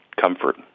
comfort